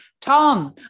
Tom